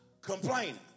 complaining